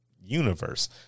universe